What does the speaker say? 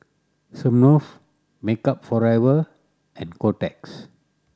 Smirnoff Makeup Forever and Kotex